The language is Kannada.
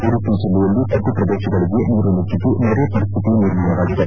ಉಡುಪಿ ಜಿಲ್ಲೆಯಲ್ಲಿ ತಗ್ಗು ಪ್ರದೇಶಗಳಿಗೆ ನೀರು ಮಗ್ಗಿದ್ದು ನೆರೆ ಪರಿಸ್ಥಿತಿ ನಿರ್ಮಾಣವಾಗಿದೆ